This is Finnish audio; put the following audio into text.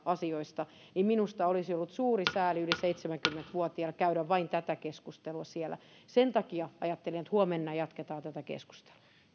asioista niin minusta olisi ollut suuri sääli yli seitsemänkymmentä vuotiaiden kannalta käydä tätä keskustelua vain siellä sen takia ajattelin että huomenna jatketaan tätä keskustelua